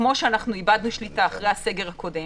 כפי שאיבדנו שליטה אחרי הסגר הקודם